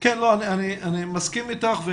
אני מסכים אתך.